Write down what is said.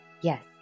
Yes